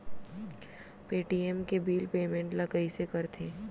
Paytm के bill payment ल कइसे करथे?